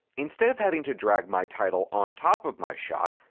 instead of having to drag my title on top of my shot,